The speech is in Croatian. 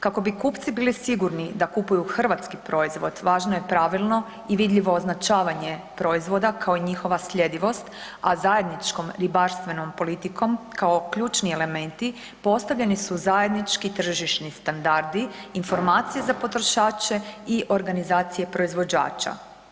Kako bi kupci bili sigurni da kupuju hrvatski proizvod, važno je pravilno i vidljivo označavanje proizvoda kao i njihova sljedivost, a zajedničkom ribarstvenom politikom kao ključni elementi postavljeni su zajednički tržišni standardi, informacije za potrošače i organizacije proizvođača.